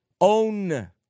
own